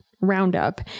roundup